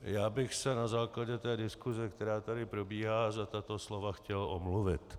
Já bych se na základě diskuse, která tady probíhá, za tato slova chtěl omluvit.